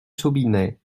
snobinet